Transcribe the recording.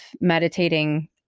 meditating